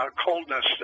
coldness